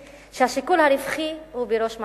שהשיקול הרווחי הוא בראש מעייניהם.